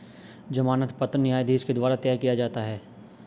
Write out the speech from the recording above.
जमानत पत्र न्यायाधीश के द्वारा तय किया जाता है